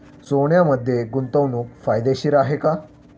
सोन्यामध्ये गुंतवणूक फायदेशीर आहे का?